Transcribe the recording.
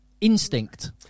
instinct